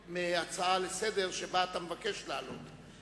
חזק מהצעה לסדר-היום שאתה מבקש להעלות,